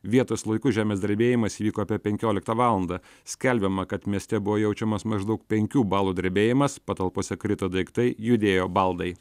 vietos laiku žemės drebėjimas įvyko apie penkioliktą valandą skelbiama kad mieste buvo jaučiamas maždaug penkių balų drebėjimas patalpose krito daiktai judėjo baldai